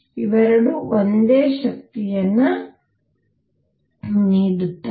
ಇವೆರಡೂ ಒಂದೇ ಶಕ್ತಿಯನ್ನು ನೀಡುತ್ತವೆ